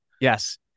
Yes